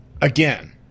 again